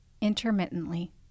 intermittently